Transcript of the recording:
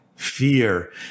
fear